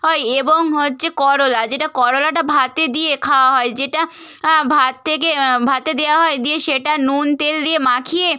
হয় এবং হচ্ছে করলা যেটা করলাটা ভাতে দিয়ে খাওয়া হয় যেটা ভাত থেকে ভাতে দেওয়া হয় দিয়ে সেটা নুন তেল দিয়ে মাখিয়ে